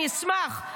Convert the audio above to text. אני אשמח.